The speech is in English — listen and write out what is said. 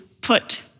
put